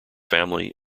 family